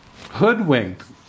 hoodwinked